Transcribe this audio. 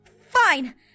Fine